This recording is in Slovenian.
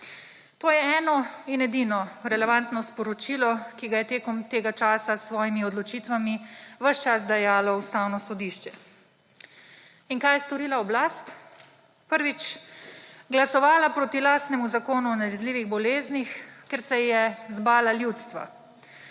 To je eno in edino relevantno sporočilo, ki ga je tekom tega časa s svojimi odločitvami ves čas dajalo Ustavno sodišče. In kaj je storila oblast? Prvič, glasovala proti lastnemu Zakonu o nalezljivih boleznih ker se je zbala ljudstva.